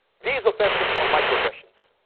these offenses are microaggressions.